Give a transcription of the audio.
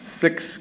six